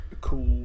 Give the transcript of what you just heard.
cool